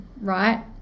right